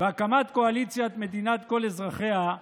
בהקמת קואליציית מדינת כל אזרחיה,